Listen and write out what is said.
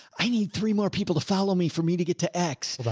i need three more people to follow me for me to get to x.